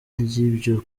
ry’ibyo